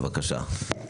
בבקשה.